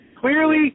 Clearly